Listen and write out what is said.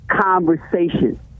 conversation